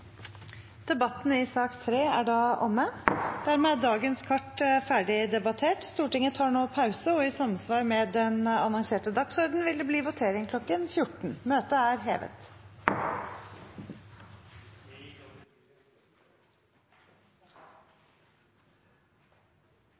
Debatten i sak nr. 3 er da avsluttet. Dermed er dagens kart ferdigdebattert. Stortinget tar nå pause, og i samsvar med den annonserte dagsordenen vil det bli votering kl. 14.